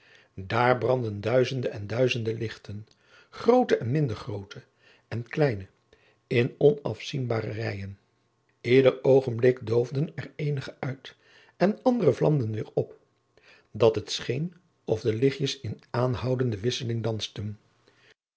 daar brandden duizende en duizende lichten groote en minder groote en kleine in onafzienbare rijen ieder oogenblik doofden er eenige uit en andere vlamden weêr op dat het scheen of de lichtjes in aanhoudende wisseling dansten